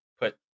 put